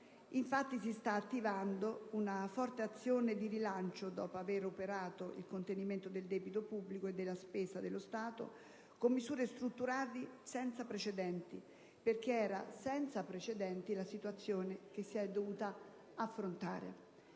Infatti, si sta attivando una forte azione di rilancio, dopo aver operato il contenimento del debito pubblico e della spesa dello Stato, con misure strutturali senza precedenti, perché era senza precedenti la situazione che si è dovuta affrontare.